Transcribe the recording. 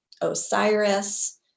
Osiris